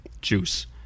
Juice